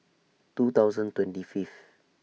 two thousand twenty Fifth